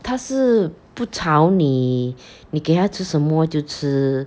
他是不吵你你给他吃什么就吃